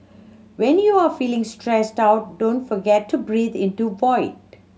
when you are feeling stressed out don't forget to breathe into void